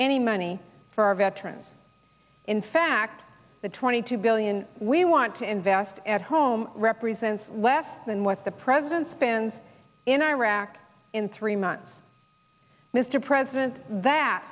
any money for our veterans in fact the twenty two billion we want to invest at home represents less than what the president spends in iraq in three months mr president that